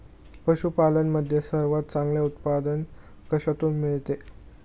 पशूपालन मध्ये सर्वात चांगले उत्पादन कशातून मिळते?